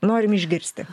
norim išgirsti